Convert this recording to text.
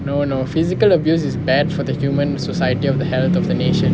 no no physical abuse is bad for the human society of the health of the nation